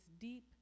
deep